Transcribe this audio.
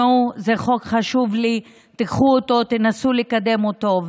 זה חוק חשוב לי, קחו אותו ונסו לקדם אותו.